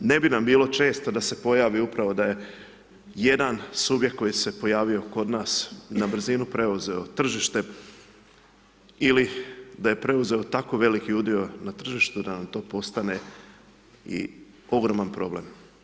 Ne bi nam bilo često da se pojavi upravo da je jedan subjekt koji se pojavio kod nas na brzinu preuzeo tržište ili da je preuzeo tako veliki udio na tržištu da nam to postane i ogroman problem.